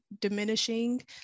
diminishing